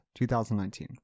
2019